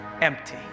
empty